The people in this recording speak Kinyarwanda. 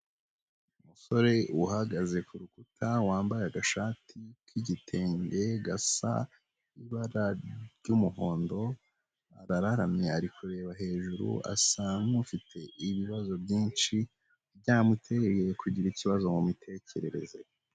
Umusore uhagaze ku rukuta, wambaye agashati k'igitenge gasa ibara ry'umuhondo, arararamye ari kureba hejuru, asa nk'ufite ibibazo byinshi byamuteye kugira ikibazo mu mitekerereze.